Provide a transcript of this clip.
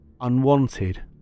unwanted